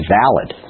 valid